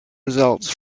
results